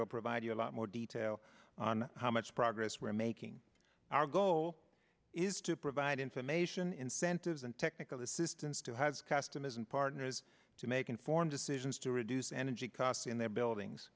will provide you a lot more detail on how much progress we're making our goal is to provide information incentives and technical assistance to has customers and partners to make informed decisions to reduce energy costs in their buildings